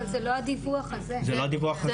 אבל זה לא הדיווח הזה לא,